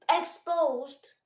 exposed